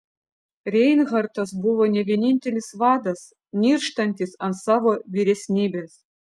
reinhartas buvo ne vienintelis vadas nirštantis ant savo vyresnybės